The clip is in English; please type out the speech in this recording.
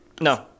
no